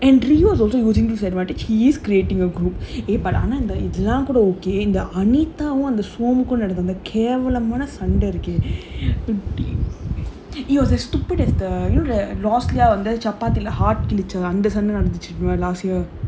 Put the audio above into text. and rio is also using his advantage he is creating a group but ஆன இதெல்லாம் கூட:aana ithellaam kooda okay இந்த:intha anita som நடந்த அந்த கேவலமான சண்ட இருக்கே:nadantha antha kevalamaana sanda irukkae but he was a stupid as the losliya வந்து சப்பாத்தில:vanthu chappathila heart கிழிச்ச அந்த சண்ட நடந்துச்சு:kilicha antha sanda nadanthuchu last year